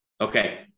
Okay